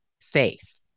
faith